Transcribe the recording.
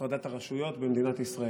בהפרדת הרשויות במדינת ישראל.